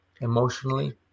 emotionally